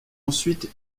ensuite